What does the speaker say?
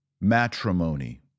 matrimony